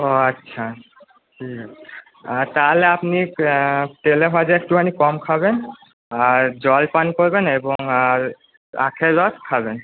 ও আচ্ছা হুম তাহলে আপনি তেলেভাজা একটুখানি কম খাবেন আর জল পান করবেন এবং আর আখের রস খাবেন